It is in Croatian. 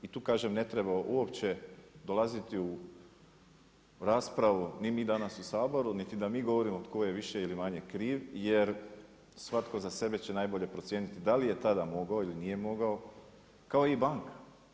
I tu kažem ne treba uopće dolaziti u raspravu ni mi danas u Saboru niti da mi govorimo tko je više ili manje kriv jer svatko za sebe će najbolje procijeniti da li je tada mogao ili nije mogao kao i banka.